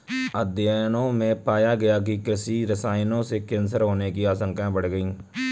अध्ययनों में पाया गया है कि कृषि रसायनों से कैंसर होने की आशंकाएं बढ़ गई